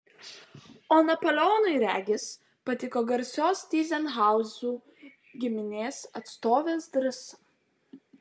o napoleonui regis patiko garsios tyzenhauzų giminės atstovės drąsa